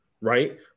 right